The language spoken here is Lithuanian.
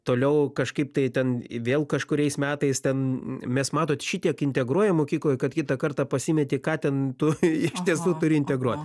toliau kažkaip tai ten vėl kažkuriais metais ten mes matot šitiek integruojam mokykloj kad kitą kartą pasimeti ką ten tu iš tiesų turi integruot